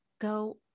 go